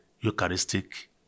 Eucharistic